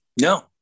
No